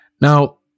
Now